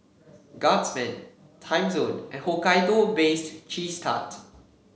Guardsman Timezone and Hokkaido Based Cheese Tart